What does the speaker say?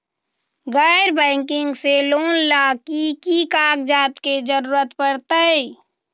गैर बैंकिंग से लोन ला की की कागज के जरूरत पड़तै?